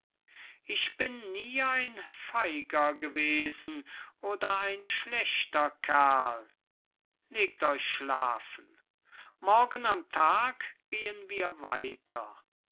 ich bin nie ein feiger gewesen oder ein schlechter kerl legt euch schlafen morgen am tag gehen wir weiter